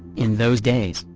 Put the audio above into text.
in those days,